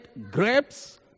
grapes